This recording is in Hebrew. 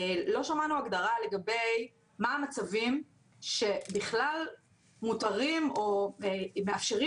אבל לא שמענו הגדרה לגבי מה המצבים שבכלל מותרים או מאפשרים